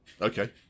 okay